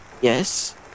Yes